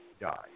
die